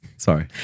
Sorry